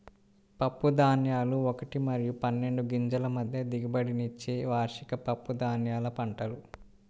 పప్పుధాన్యాలు ఒకటి మరియు పన్నెండు గింజల మధ్య దిగుబడినిచ్చే వార్షిక పప్పుధాన్యాల పంటలు